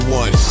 one